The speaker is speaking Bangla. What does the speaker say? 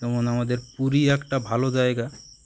যেমন আমাদের পুরী একটা ভালো জায়গা